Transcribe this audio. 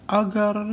agar